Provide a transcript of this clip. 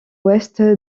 ouest